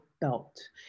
belt